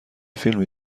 فیلمی